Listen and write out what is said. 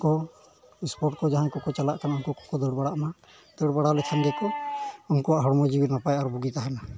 ᱠᱚ ᱥᱯᱳᱨᱴ ᱠᱚ ᱡᱟᱦᱟᱸᱭ ᱠᱚᱠᱚ ᱪᱟᱞᱟᱜ ᱠᱟᱱᱟ ᱩᱱᱠᱩ ᱠᱚᱠᱚ ᱫᱟᱹᱲ ᱵᱟᱲᱟᱜ ᱢᱟ ᱫᱟᱹᱲ ᱵᱟᱲᱟ ᱞᱮᱠᱷᱟᱱ ᱜᱮᱠᱚ ᱩᱱᱠᱩᱣᱟᱜ ᱦᱚᱲᱢᱚ ᱡᱤᱣᱤ ᱱᱟᱯᱟᱭ ᱟᱨ ᱵᱩᱜᱤ ᱛᱟᱦᱮᱱᱟ